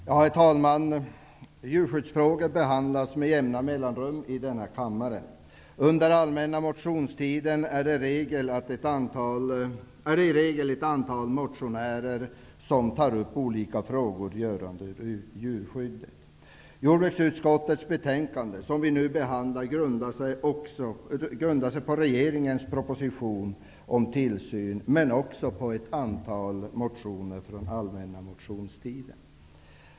Herr talman! Djurskyddsfrågor behandlas med jämna mellanrum i denna kammare. Under allmänna motionstiden är det i regel ett antal motionärer som tar upp olika frågor rörande djurskyddet. Jordbruksutskottets betänkande, som vi nu behandlar, grundar sig på regeringens proposition om tillsyn enligt djurskyddslagen men också på ett antal motioner från allmänna motionstiden.